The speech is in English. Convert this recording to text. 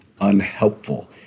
unhelpful